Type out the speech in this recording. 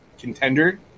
Contender